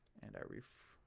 and i refresh,